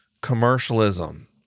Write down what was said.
commercialism